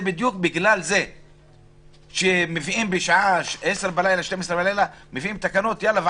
זה בדיוק בגלל שמביאים בשעה עשר או שתים עשרה בלילה תקנות ויאללה,